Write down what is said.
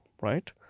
right